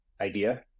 idea